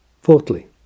Fourthly